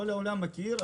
וכל העולם מכיר,